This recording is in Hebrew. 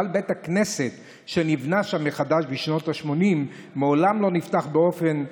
אבל בית הכנסת שנבנה שם מחדש בשנות השמונים מעולם לא נפתח באופן רשמי,